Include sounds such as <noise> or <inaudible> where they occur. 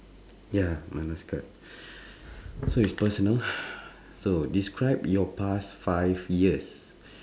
ya my last card <breath> this one is personal <breath> so describe your past five years <breath>